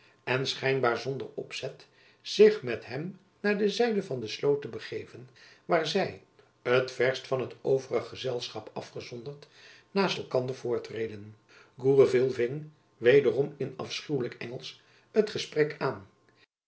en schijnbaar zonder opzet zich met hem naar de zijde van de sloot te begeven waar zy het verst van het overige gezelschap afgezonderd naast elkander voortreden gourville ving wederom in afschuwelijk engelsch het gesprek aan